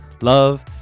love